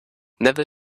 never